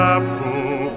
Apple